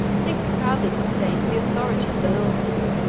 they proudly disdained the authority of the laws.